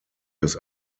des